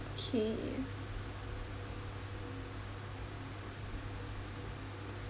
okay